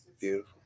Beautiful